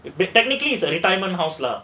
it be technically his retirement house lah